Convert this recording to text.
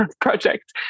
project